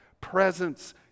presence